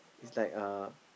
is like uh